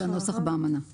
זה הנוסח באמנה.